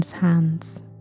hands